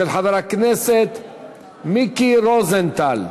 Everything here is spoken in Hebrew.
להצעה לסדר-היום ולהעביר את הנושא לוועדת העבודה,